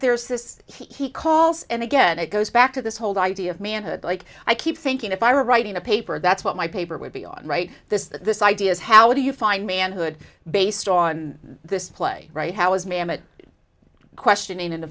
there's this he calls and again it goes back to this whole idea of manhood like i keep thinking if i were writing a paper that's what my paper would be on right this this idea is how do you find manhood based on this play right how is mamet question in